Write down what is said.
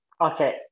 Okay